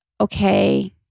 okay